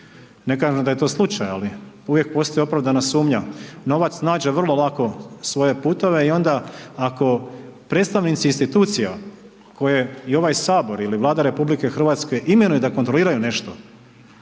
Ne kažem da je to slučaj ali uvijek postoji opravdana sumnja, novac nađe vrlo lako svoje puteve. I onda ako predstavnici institucija koje i ovaj Sabor ili Vlada RH imenuje da kontroliraju nešto